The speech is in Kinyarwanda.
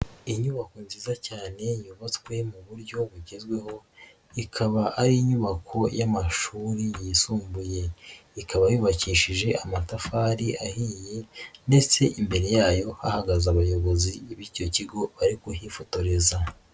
Inyubako nziza cyane yubatswe mu buryo bugezweho, ikaba ari inyubako y'amashuri yisumbuye, ikaba yubakishije amatafari ahiye ndetse imbere yayo hahagaze abayobozi b'icyo kigo bari kuhifotoreza.